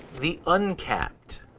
the uncapped.